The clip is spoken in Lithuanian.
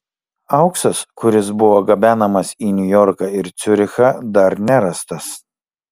auksas kuris buvo gabenamas į niujorką ir ciurichą dar nerastas